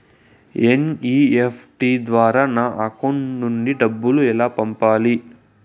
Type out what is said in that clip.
NEFT ద్వారా నా account నుండి డబ్బులు ఎలా పంపాలి